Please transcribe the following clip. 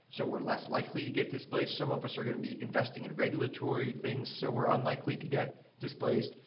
so we're less likely to get displaced. some of us are going to be investing in regulatory things, so we're unlikely to get displaced.